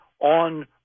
on